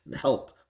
help